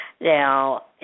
Now